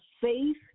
faith